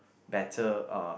better uh